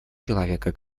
человека